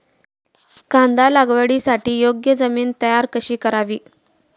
कांदा लागवडीसाठी योग्य जमीन तयार कशी करावी?